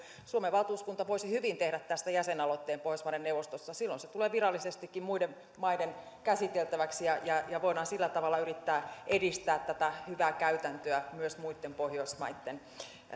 että suomen valtuuskunta voisi hyvin tehdä tästä jäsenaloitteen pohjoismaiden neuvostossa silloin se tulee virallisestikin muiden maiden käsiteltäväksi ja ja voidaan sillä tavalla yrittää edistää tätä hyvää käytäntöä myös muitten pohjoismaitten